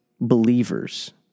believers